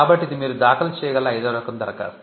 కాబట్టి ఇది మీరు దాఖలు చేయగల ఐదవ రకం దరఖాస్తు